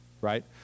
right